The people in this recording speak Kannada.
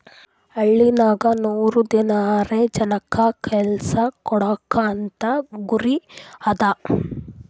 ಹಳ್ಳಿನಾಗ್ ನೂರ್ ದಿನಾರೆ ಜನಕ್ ಕೆಲ್ಸಾ ಕೊಡ್ಬೇಕ್ ಅಂತ ಗುರಿ ಅದಾ